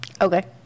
Okay